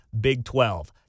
BIG12